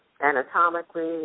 anatomically